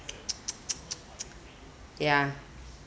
ya